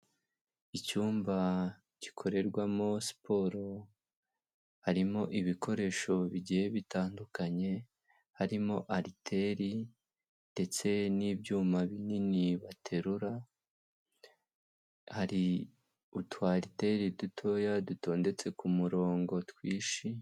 Icyumba gikorerwamo siporo, harimo ibikoresho bigiye bitandukanye harimo ariteri ndetse n'ibyuma binini baterura, hari utwariteri dutoya dutondetse ku murongo twinshi